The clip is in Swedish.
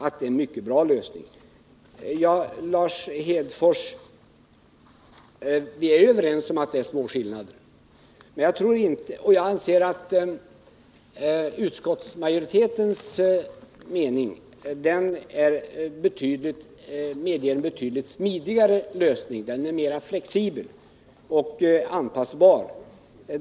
Vi är, Lars Hedfors, överens om att skillnaderna i våra uppfattningar är små. Jag anser att utskottsmajoritetens förslag är betydligt smidigare och medger en lösning som är mer flexibel och mer anpassbar.